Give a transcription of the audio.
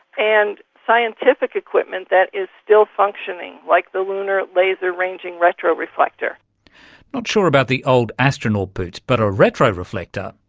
and scientific equipment that is still functioning, like the lunar laser ranging retro-reflector. not sure about the old astronaut boots, but a retro-reflector?